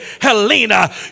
Helena